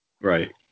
Right